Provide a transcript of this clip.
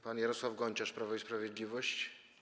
Pan Jarosław Gonciarz, Prawo i Sprawiedliwość?